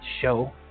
show